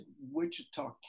Wichita